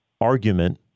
argument